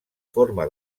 forma